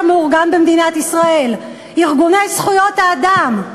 המאורגן במדינת ישראל: ארגוני זכויות האדם.